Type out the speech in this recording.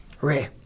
Ray